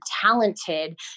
talented